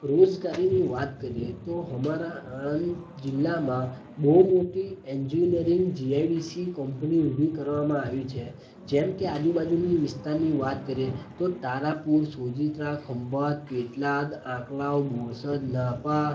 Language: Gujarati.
રોજગારીની વાત કરીએ તો અમારા આણંદ જિલ્લામાં બહુ મોટી એન્જિનીયરિંગ જીઆઈડીસી કંપની ઉભી કરવામાં આવી છે જેમકે આજુબાજુની વિસ્તારની વાત કરીએ તો તારાપુર સોજીત્રા ખંભાત પેટલાદ આંકલાવ બોરસદ નાપા